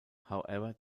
however